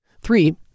Three